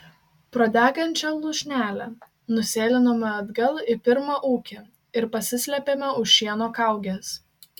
pro degančią lūšnelę nusėlinome atgal į pirmą ūkį ir pasislėpėme už šieno kaugės